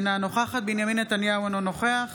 אינה נוכחת בנימין נתניהו, אינו נוכח